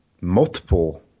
multiple